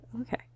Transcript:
okay